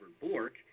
Bork